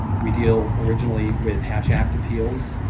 we deal originally with hatch act appeals,